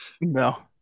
No